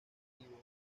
objetivo